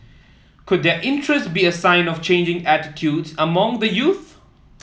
could their interest be a sign of changing attitudes among the youth